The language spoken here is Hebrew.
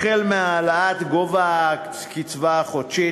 החל מהעלאת גובה הקצבה החודשית,